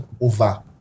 over